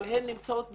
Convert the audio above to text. אבל הן נמצאות בישראל.